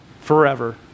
forever